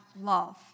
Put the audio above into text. love